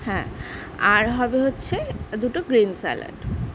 হ্যাঁ আর হবে হচ্ছে দুটো গ্রিন স্যলাড